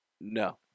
No